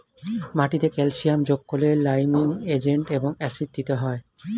মাটিতে ক্যালসিয়াম যোগ করলে লাইমিং এজেন্ট এবং অ্যাসিড দিতে হয়